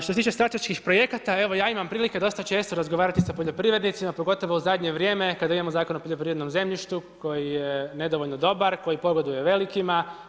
Što se tiče strateških projekata, evo ja imam prilike dosta često razgovarati sa poljoprivrednicima, pogotovo u zadnje vrijeme kada imamo Zakon o poljoprivrednom zemljištu, koji je nedovoljno dobar, koji pogoduje velikima.